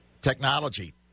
technology